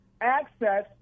access